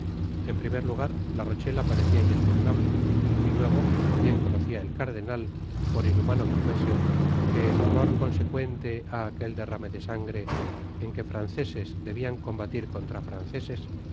en primer lugar la rochela parecia inespugnable y luego bien conocia el cardenal por inhumano que fuese que el horroriconsecuente á aquel derrame de sangre en que franceses debian combatir contra franoeses